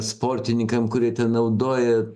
sportininkam kurie naudoja